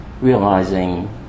realizing